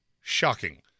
shocking